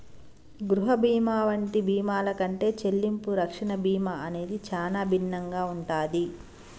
గృహ బీమా వంటి బీమాల కంటే చెల్లింపు రక్షణ బీమా అనేది చానా భిన్నంగా ఉంటాది